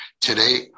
Today